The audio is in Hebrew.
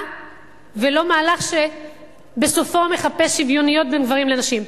ולא מהלך שבסופו מחפש שוויוניות בין גברים לנשים.